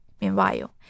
Meanwhile